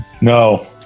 No